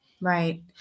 Right